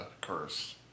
curse